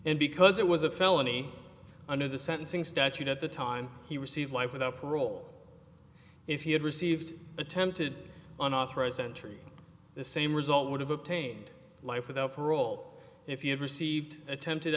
and because it was a felony under the sentencing statute at the time he received life without parole if he had received attempted unauthorized entry the same result would have obtained life without parole if he had received attempted